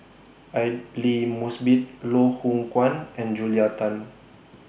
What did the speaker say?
Aidli Mosbit Loh Hoong Kwan and Julia Tan